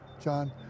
John